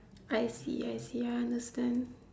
I see I see I understand